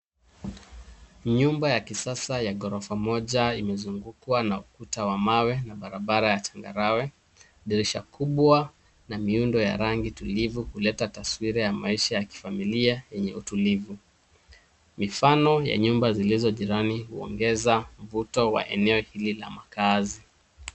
Nyumba ya kisasa ya ghorofa moja imezungukwa na ukuta wa mawe na barabara ya changarawe. Dirisha kubwa na miundo ya rangi tulivu kuleta taswira ya maisha ya kifamilia yenye utulivu. Mifano ya nyumba zilizo jirani uongeza mvuto wa eneo hili la makaazi.